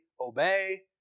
obey